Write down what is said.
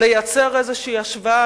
לייצר איזושהי השוואה,